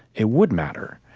it would matter.